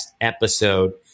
episode